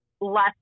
less